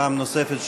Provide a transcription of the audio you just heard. פעם נוספת,